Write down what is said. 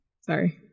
Sorry